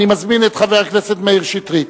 אני מזמין את חבר הכנסת מאיר שטרית